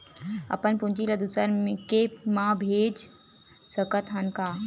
अपन पूंजी ला दुसर के मा भेज सकत हन का?